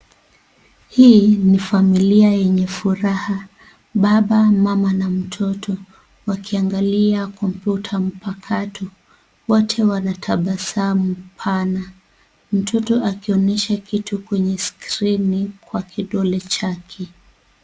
Hii ni familia yenye furaha , baba, mama na mtoto wakiangalia kompyuta mpakato wote wanatabasamu pana. Mtoto akionyesha kitu kwenye skrini kwa kidole chake.